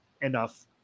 enough